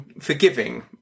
forgiving